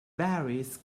varies